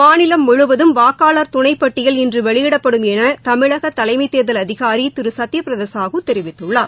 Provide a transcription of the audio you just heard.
மாநிலம் முழுவதும் வாக்காளர் துணைப்பட்டியல் இன்று வெளியிடப்படும் என தமிழகத் தலைமைத் தேர்தல் அதிகாரி திரு சத்ய பிரத சாஹூ தெரிவித்துள்ளார்